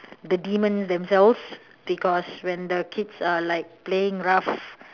the demons themselves because when the kids are like playing rough